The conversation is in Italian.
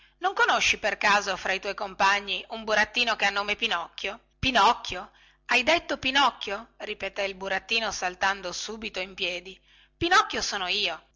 non conosci per caso fra i tuoi compagni un burattino che ha nome pinocchio pinocchio hai detto pinocchio ripeté il burattino saltando subito in piedi pinocchio sono io